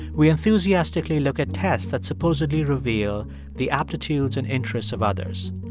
we enthusiastically look at tests that supposedly reveal the aptitudes and interests of others.